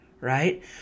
right